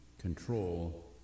control